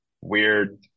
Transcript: weird